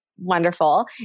wonderful